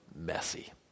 messy